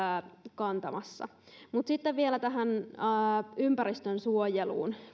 kantamassa mutta sitten vielä tähän ympäristönsuojeluun